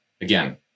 again